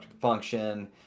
function